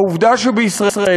העובדה שבישראל,